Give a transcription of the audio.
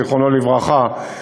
זיכרונו לברכה,